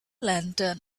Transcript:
lantern